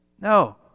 No